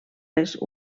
les